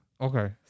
Okay